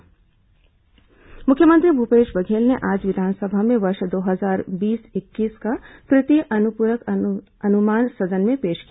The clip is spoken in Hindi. विधानसभा अनुपूरक बजट मुख्यमंत्री भूपेश बघेल ने आज विधानसभा में वर्ष दो हजार बीस इक्कीस का तृतीय अनुपूरक अनुमान सदन में पेश किया